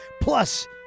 plus